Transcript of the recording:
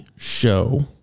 show